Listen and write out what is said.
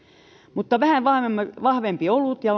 mutta vähän vahvempi olut ja